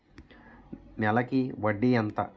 నెలకి వడ్డీ ఎంత?